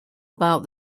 about